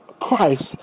Christ